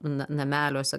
na nameliuose